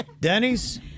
Denny's